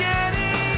Jenny